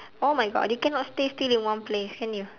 oh my god you cannot stay still in one place can you